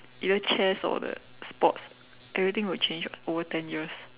either chess or the sports everything will change [what] over ten years